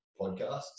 podcasts